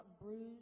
bruised